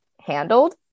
handled